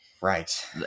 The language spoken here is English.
Right